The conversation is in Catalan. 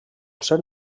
ser